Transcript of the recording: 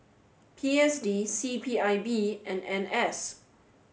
P S D C P I B and N S